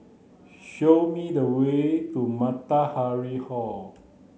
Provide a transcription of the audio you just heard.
show me the way to Matahari Hall